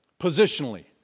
positionally